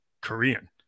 Korean